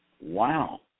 Wow